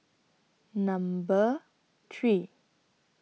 Number three